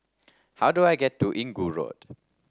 how do I get to Inggu Road